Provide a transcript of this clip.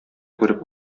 күреп